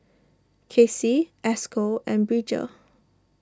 Casie Esco and Bridger